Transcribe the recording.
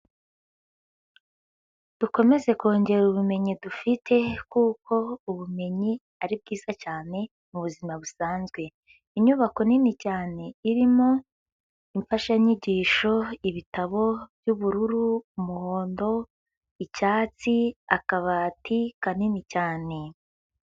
Dukomeze kongera ubumenyi dufite, kuko ubumenyi ari bwiza cyane mu buzima busanzwe. Inyubako nini cyane irimo: imfashanyigisho, ibitabo by'ubururu, umuhondo, icyatsi, akabati kanini cyane.